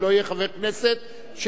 אם לא יהיה חבר כנסת שיתנגד.